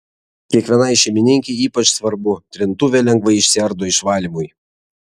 kiekvienai šeimininkei ypač svarbu trintuvė lengvai išsiardo išvalymui